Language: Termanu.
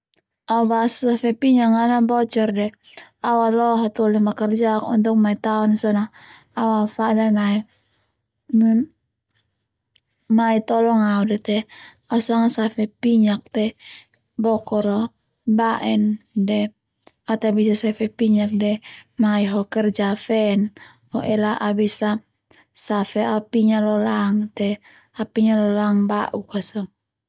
Au bak safe pinyak a ana bocor de au alo hatoli makerja untuk mai taon sone au afadan ae mai tolong au de te au sanga safe pinyak te bokor a ba'en de au ta bisa safe pinyak de mai ho kerja fen ela au bisa pinyak lolang te au pinya lolang bauk a so